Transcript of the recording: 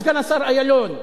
סגן השר אילון,